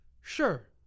sure